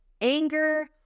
anger